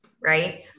right